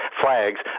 flags